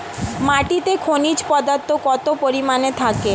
মাটিতে খনিজ পদার্থ কত পরিমাণে থাকে?